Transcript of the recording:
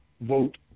vote